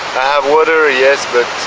i have water yes but